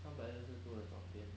三百六十度大转变